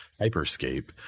hyperscape